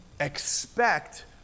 Expect